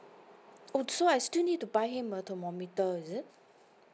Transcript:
oh so I still need to buy him a thermometer is it